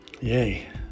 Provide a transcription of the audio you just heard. yay